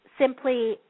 simply